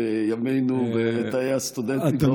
בימינו בתאי הסטודנטים באוניברסיטה.